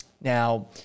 Now